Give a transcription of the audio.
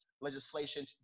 legislation